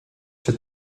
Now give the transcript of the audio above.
czy